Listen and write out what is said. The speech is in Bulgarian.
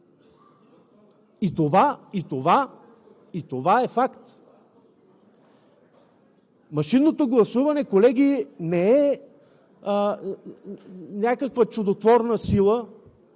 след това. И това е факт. Машинното гласуване, колеги, не е някаква чудотворна сила,